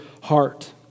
heart